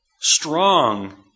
strong